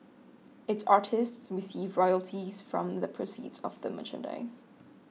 its artists receive royalties from the proceeds of the merchandise